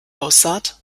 aussaht